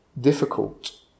difficult